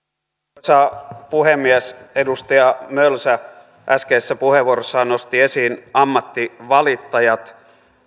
arvoisa puhemies edustaja mölsä äskeisessä puheenvuorossaan nosti esiin ammattivalittajat